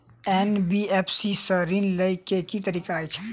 NBFC सँ ऋण लय केँ की तरीका अछि?